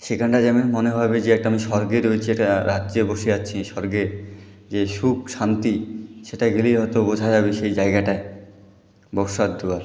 সেখানটা যেমন মনে হবে যে একটা আমি স্বর্গে রয়েছি একটা রাজ্যে বসে আছি স্বর্গে যে সুখ শান্তি সেটা গেলেই হয়তো বোঝা যাবে সেই জায়গাটায় বক্সার দুয়ার